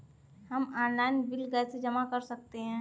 हम online bill कैसे जमा कर सकते हैं?